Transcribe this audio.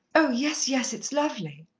oh, yes, yes. it's lovely.